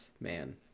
Man